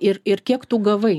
ir ir kiek tu gavai